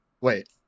wait